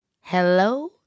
hello